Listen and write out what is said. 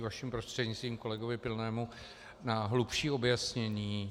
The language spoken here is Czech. Vaším prostřednictvím kolegovi Pilnému hlubší objasnění.